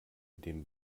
dem